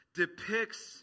depicts